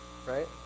Right